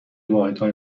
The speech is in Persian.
واحدهای